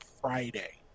Friday